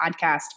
podcast